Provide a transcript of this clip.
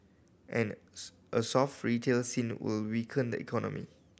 and a soft retail scene will weaken the economy